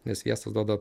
nes sviestas duoda